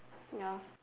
ya